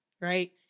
right